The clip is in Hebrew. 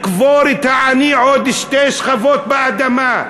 לקבור את העני עוד שתי שכבות באדמה?